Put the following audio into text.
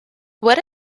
what